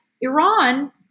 Iran